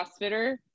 crossfitter